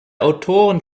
autoren